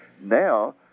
Now